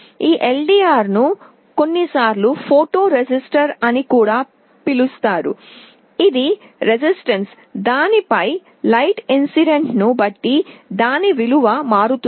ఈ LDR ను కొన్నిసార్లు ఫోటో రెసిస్టర్ అని కూడా పిలుస్తారు ఇది ప్రతిఘటన దానిపై కాంతి సంఘటనను బట్టి దాని విలువ మారుతుంది